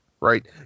right